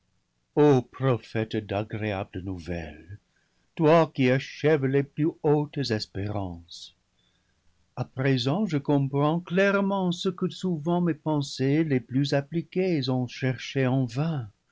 d'agréables nouvelles loi qui achèves les plus hautes espérances à présent je comprends clairement ce que souvent mes pensées les plus appliquées ont cherché en vain